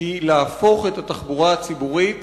היא להפוך את התחבורה הציבורית